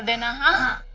and